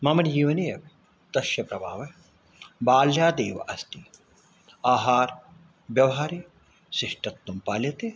मम नियोनिय तस्य प्रभावः बाल्यादेव अस्ति आहारव्यवहारे शिष्टत्वं पाल्यते